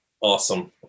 Awesome